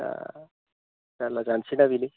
दा जारला जासैना बिदि